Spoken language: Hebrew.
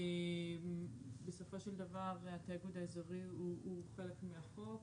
בסופו של דבר התאגוד האזורי הוא חלק מהחוק